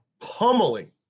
pummeling